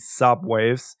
subwaves